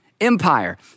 empire